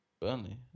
Burnley